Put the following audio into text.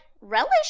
relish